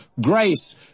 grace